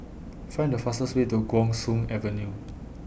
Find The fastest Way to Guan Soon Avenue